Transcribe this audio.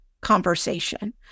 conversation